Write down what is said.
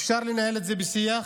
אפשר לנהל את זה בשיח,